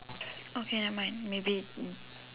okay never mind maybe